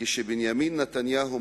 כשבנימין נתניהו,